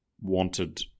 wanted